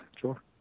sure